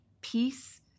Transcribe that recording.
peace